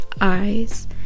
eyes